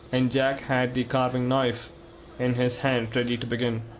and jack had the carving knife in his hand ready to begin.